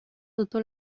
adoptó